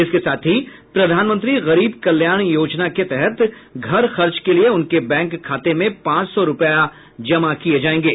इसके साथ ही प्रधानमंत्री गरीब कल्याण योजना के तहत घर खर्च के लिए उनके बैंक खाते में पांच सौ रूपया जमा किए जाएंगे